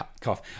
cough